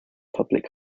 public